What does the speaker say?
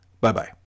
Bye-bye